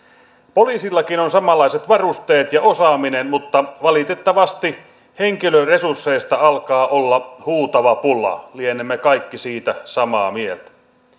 poliisillakin on samanlaiset varusteet ja osaaminen mutta valitettavasti henkilöresursseista alkaa olla huutava pula lienemme kaikki siitä samaa mieltä